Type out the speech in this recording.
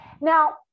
now